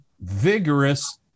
vigorous